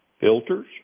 filters